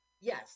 Yes